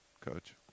Coach